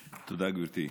תודה, גברתי.